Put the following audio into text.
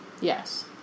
Yes